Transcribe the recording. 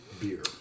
beer